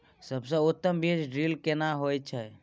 सबसे उत्तम बीज ड्रिल केना होए छै?